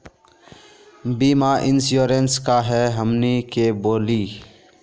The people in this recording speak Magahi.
बीमा इंश्योरेंस का है हमनी के बोली?